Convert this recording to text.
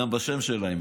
גם בשם שלה.